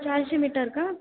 चारशे मीटर का